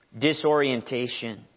disorientation